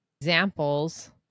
examples